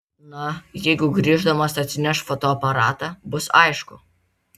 na jeigu grįždamas atsineš fotoaparatą bus aišku